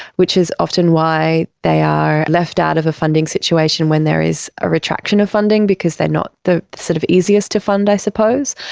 which is often why they are left out of the funding situation when there is a retraction of funding because they're not the sort of easiest to fund, i suppose.